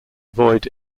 avoid